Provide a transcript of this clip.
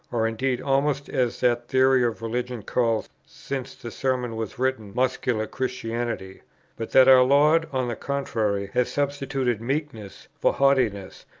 or indeed almost as that theory of religion, called, since the sermon was written, muscular christianity but that our lord, on the contrary, has substituted meekness for haughtiness,